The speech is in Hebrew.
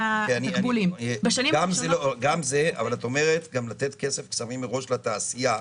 את אומרת לתת כסף מראש לתעשייה,